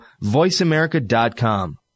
voiceamerica.com